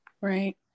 right